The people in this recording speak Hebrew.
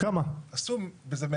כמה עשו בזה שימושים?